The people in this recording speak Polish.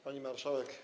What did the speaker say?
Pani Marszałek!